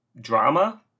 drama